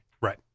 Right